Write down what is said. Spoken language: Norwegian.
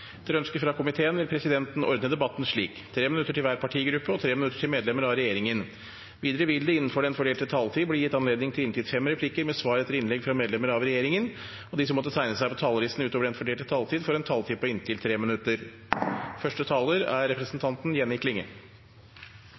Etter ønske fra justiskomiteen vil presidenten ordne debatten slik: 3 minutter til hver partigruppe og 3 minutter til medlemmer av regjeringen. Videre vil det – innenfor den fordelte taletid – bli gitt anledning til inntil fem replikker med svar etter innlegg fra medlemmer av regjeringen, og de som måtte tegne seg på talerlisten utover den fordelte taletid, får også en taletid på inntil 3 minutter.